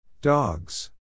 Dogs